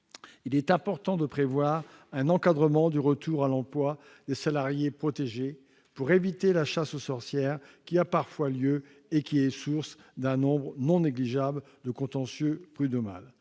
il est important d'envisager un encadrement du retour à l'emploi des salariés protégés, afin d'éviter la chasse aux sorcières qui a parfois lieu et est source d'un nombre non négligeable de contentieux prud'homaux.